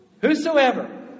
Whosoever